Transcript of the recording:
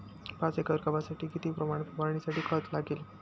पाच एकर गव्हासाठी किती प्रमाणात फवारणीसाठी खत लागेल?